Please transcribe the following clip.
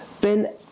Ben